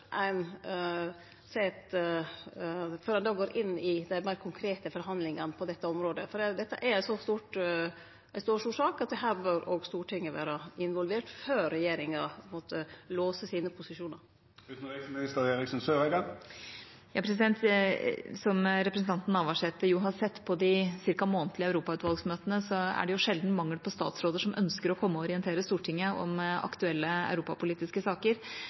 går inn i dei meir konkrete forhandlingane på dette området? Dette er ei så stor sak at her bør òg Stortinget vere involvert før regjeringa på ein måte låser sine posisjonar. Som representanten Navarsete jo har sett på de ca. månedlige møtene i Europautvalget, er det sjelden mangel på statsråder som ønsker å komme og orientere Stortinget om aktuelle europapolitiske saker,